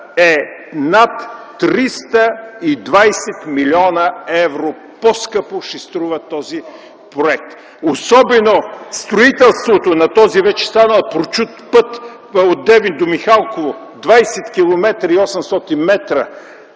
е над 320 милиона евро, по-скъпо ще струва този проект, особено строителството на този вече станал прочут път от Девин до Михалково – 20 км 800 м,